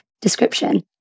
description